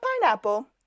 pineapple